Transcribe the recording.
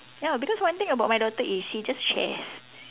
ya because one thing about my daughter is she just shares